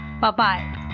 Bye-bye